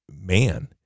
man